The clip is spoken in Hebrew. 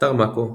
באתר מאקו,